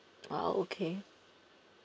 ah okay